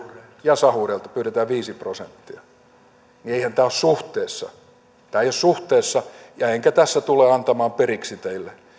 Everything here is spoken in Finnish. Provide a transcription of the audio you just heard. ja sahureilta pyydetään viisi prosenttia niin että eihän tämä ole suhteessa tämä ei ole suhteessa enkä tässä tule antamaan periksi teille